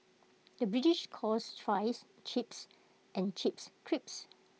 the British calls Fries Chips and Chips Crisps